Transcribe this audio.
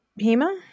Hema